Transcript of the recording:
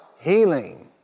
Healing